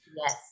yes